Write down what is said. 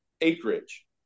acreage